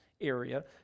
area